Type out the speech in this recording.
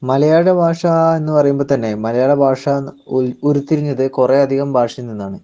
മലയാളഭാഷ എന്ന് പറയുമ്പോൾ തന്നെ മലയാള ഭാഷ ഉർ ഉരുത്തിരിഞ്ഞത് കുറെയധികം ഭാഷയിൽ നിന്നാണ്